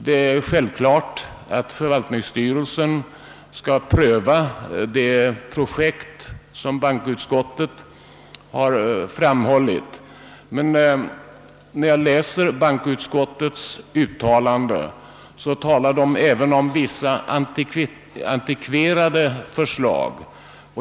Förvaltningskontorets styrelse skall självfallet pröva det nya projekt som bankoutskottet har redogjort för, men bankoutskottet uttalar sig även om vissa antikverade förslag.